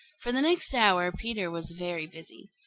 for the next hour peter was very busy.